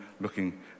looking